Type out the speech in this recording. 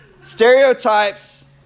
Stereotypes